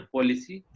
Policy